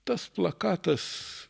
tas plakatas